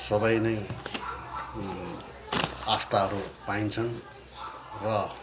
सबै नै आस्थाहरू पाइन्छन् र